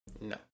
No